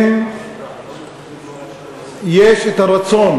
אם יש את הרצון